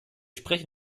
sprechen